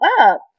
up